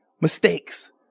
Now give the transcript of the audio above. mistakes